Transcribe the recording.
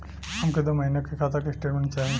हमके दो महीना के खाता के स्टेटमेंट चाही?